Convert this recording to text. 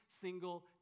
single